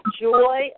joy